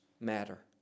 matter